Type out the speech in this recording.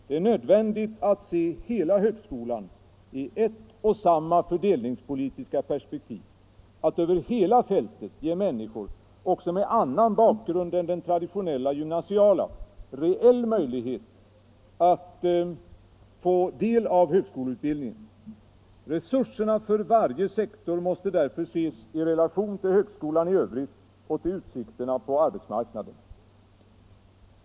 Det är nödvändigt att se hela högskolan i ett och samma fördelningspolitiska perspektiv, att över hela fältet ge människor också med annan bakgrund än den traditionella gymnasiala reell möjlighet att få del av högskoleutbildningen. Resurserna för varje sektor måste därför ses i relation till högskolan i övrigt och till utsikterna på arbetsmarknaden.